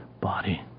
body